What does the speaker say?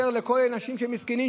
לכל אנשים המסכנים,